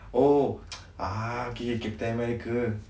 oh ah K captain america